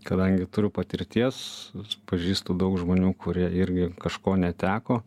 kadangi turiu patirties pažįstu daug žmonių kurie irgi kažko neteko